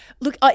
Look